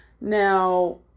Now